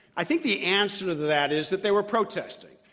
i think the answer to that is that they were protesting.